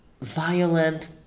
violent